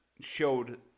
showed